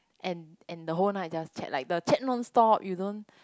and and the whole night just chat like the chat non stop you don't